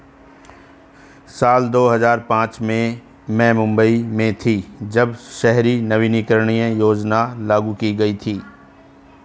साल दो हज़ार पांच में मैं मुम्बई में थी, जब शहरी नवीकरणीय योजना लागू की गई थी